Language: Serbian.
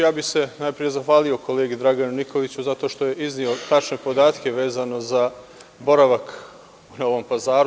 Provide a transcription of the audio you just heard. Ja bih se najpre zahvalio kolegi Draganu Nikoliću zato što je izneo tačne podatke, vezano za boravak u Novom Pazaru.